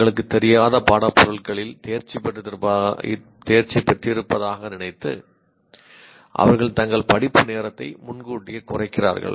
தங்களுக்குத் தெரியாத பாடப் பொருள்களில் தேர்ச்சி பெற்றிருப்பதாக நினைத்து அவர்கள் தங்கள் படிப்பு நேரத்தை முன்கூட்டியே குறைக்கிறார்கள்